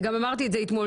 וגם אמרתי את זה אתמול,